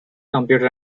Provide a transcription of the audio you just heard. computer